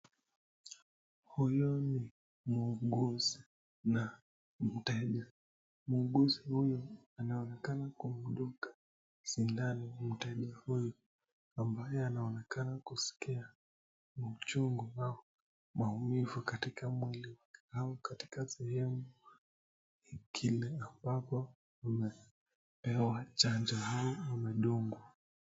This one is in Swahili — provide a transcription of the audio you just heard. Huyu ni muuguzi na mteja. Muuguzi huyu anaonekana kumdunga sindano mteja huyu, ambaye anaonekana kusikia maumivu katika mwili wake ama katika sehemu ile ambapo amepewa chanjo ama amedungwa.